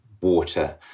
water